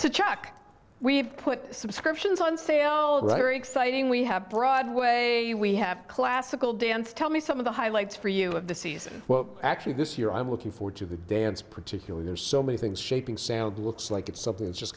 to check we have put subscriptions on say oh really exciting we have broadway you we have classical dance tell me some of the highlights for you of the season well actually this year i'm looking forward to the dance particularly there's so many things shaping sound looks like it's something that's just